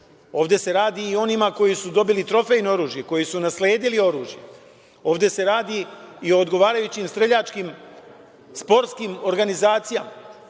ovde se radi i o onima koji su dobili trofejno oružje, koji su nasledili oružje. Ovde se radi i o odgovarajućim streljačkim sportskim organizacijama